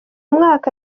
mwaka